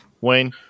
Wayne